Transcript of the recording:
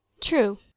True